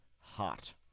hot